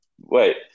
Wait